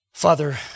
Father